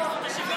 תמשוך, תמשוך עוד